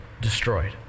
destroyed